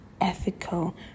ethical